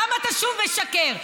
למה אתה שוב משקר?